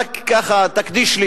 רק, ככה, תקדיש לי